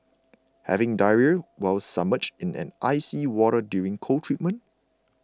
having diarrhoea while submerged in icy water during cold treatment